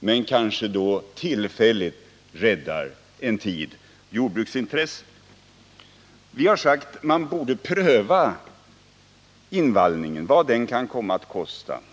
men kanske tillfälligt räddar jordbruksintresset. Vi har sagt att man borde pröva vad invallningen kan kosta.